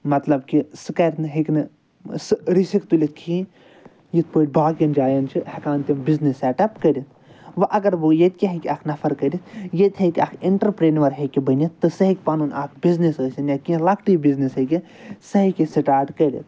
مَطلَب کہِ سُہ کَرِ نہٕ ہیٚکہِ نہٕ سُہ رِسِک تُلِتھ کِہیٖنۍ یِتھ پٲٹھۍ باقیَن جایَن چھِ ہٮ۪کان تِم بِزنِس سٮ۪ٹ اَپ کٔرِتھ وۄنۍ اگر بہٕ وَنہٕ ییٚتہِ کیاہ ہیٚکہِ اکھ نَفَر کٔرِتھ ییٚتہِ ہیٚکہِ اکھ اِنٹَرپرِنیُور ہیٚکہِ بٔنِتھ تہٕ سُہ ہیٚکہِ پَنُن اکھ بِزنِس ٲسِنۍ یا کینٛہہ لۄکٹٕے بِزنِس ہیٚکہِ سُہ ہیٚکہِ سٹارٹ کٔرِتھ